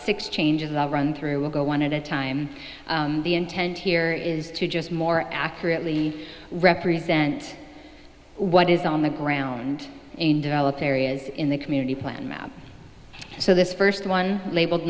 six changes run through will go one at a time the intent here is to just more accurately represent what is on the ground in developed areas in the community plan map so this first one labeled